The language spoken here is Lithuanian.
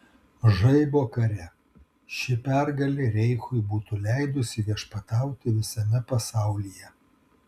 žaibo kare ši pergalė reichui būtų leidusi viešpatauti visame pasaulyje